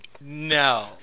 No